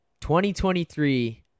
2023